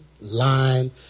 line